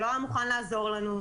שלא היה מוכן לעזור לנו.